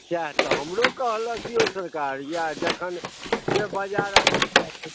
सएह तऽ हमरो कहलक यौ सरकार इएह जखन जे बजारमे भाव रहतै